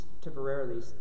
temporarily